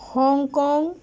Hong Kong